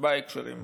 בהקשרים האלה,